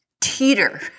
teeter